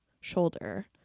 shoulder